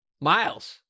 Miles